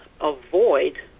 avoid